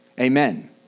amen